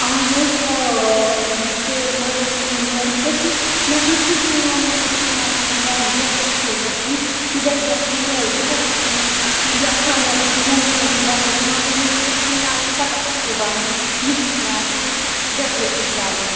اَہَن حظ آ تہٕ مگر مےٚ حظ گٔژھ یہِ مےٚ گٔژھ یہِ کٲم مےٚ گۄژھ یہِ مکان واریاہ اَصٕل گژھُن یہِ گژھِ باسُن نوٚو بہٕ چھَس یژھان مےٚ گژھِ نوٚو پیوٚن یہِ بناوُن مگر مےٚ حظ گژھِ یہِ نَیہِ کھۄتہٕ اصٕل بَنُن یِتھۍ چھِ مےٚ اَتھ یہِ ڈیکریشَن کَرٕنۍ